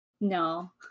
No